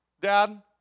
dad